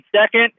second